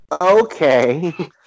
okay